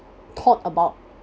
thought about